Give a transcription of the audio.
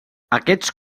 aquests